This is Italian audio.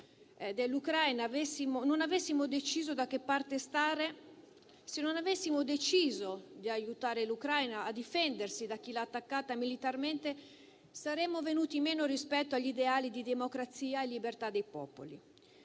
non avessimo deciso da che parte stare; se non avessimo deciso di aiutare l'Ucraina a difendersi da chi l'ha attaccata militarmente, saremmo venuti meno rispetto agli ideali di democrazia e libertà dei popoli;